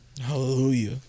Hallelujah